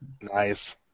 Nice